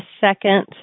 second